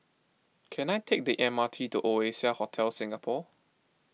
can I take the M R T to Oasia Hotel Singapore